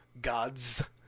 gods